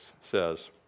says